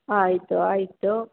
ಹಾಂ ಆಯ್ತು ಆಯ್ತು